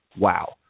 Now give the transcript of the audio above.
wow